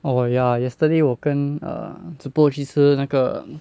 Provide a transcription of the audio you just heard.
orh ya yesterday 我跟 err zhi bo 去吃那个